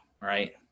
right